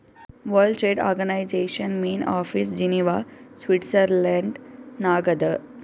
world trade organisation main office Geneva Switzerland ನಾಗ್ ಅದಾ